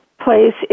place